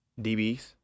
DBs